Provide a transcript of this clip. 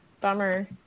Bummer